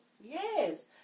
Yes